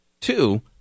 Two